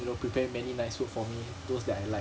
you know prepare many nice food for me those that I like